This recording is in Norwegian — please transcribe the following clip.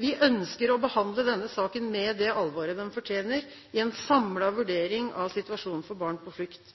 Vi ønsker å behandle denne saken med det alvoret den fortjener, i en samlet vurdering av situasjonen for barn på flukt.